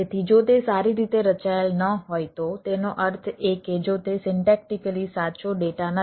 તેથી જો તે સારી રીતે રચાયેલ ન હોય તો તેનો અર્થ એ કે જો તે સિન્ટેક્ટીકલી સાચો ડેટા નથી